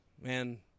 man